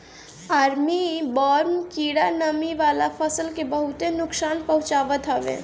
army worm कीड़ा नमी वाला फसल के बहुते नुकसान पहुंचावत हवे